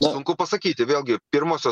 sunku pasakyti vėlgi pirmosios